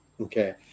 Okay